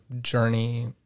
journey